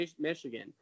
Michigan